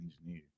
engineer